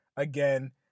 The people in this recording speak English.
again